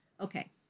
Okay